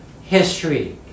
history